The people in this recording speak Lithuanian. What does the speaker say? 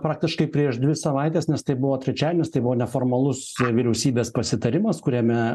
praktiškai prieš dvi savaites nes tai buvo trečiadienis tai buvo neformalus vyriausybės pasitarimas kuriame